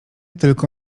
tylko